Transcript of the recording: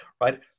Right